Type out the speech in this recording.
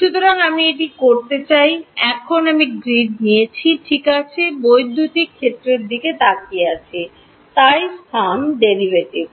সুতরাং আমি এটিই করতে চাই এখন আমি গ্রিড ঠিক আছে বৈদ্যুতিক ক্ষেত্রের দিকে তাকিয়ে আছি তাই স্থান ডেরাইভেটিভস